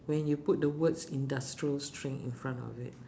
when you put the words industrial strength in front of it